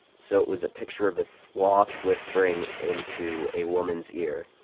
so it was a picture of a sloth whispering into a woman's ear.